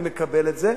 אני מקבל את זה.